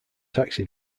taxi